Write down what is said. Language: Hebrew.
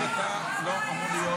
תנו לו לדבר.